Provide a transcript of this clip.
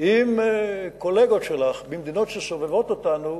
עם קולגות שלך במדינות שסובבות אותנו,